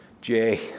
Jay